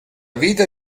vita